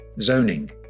zoning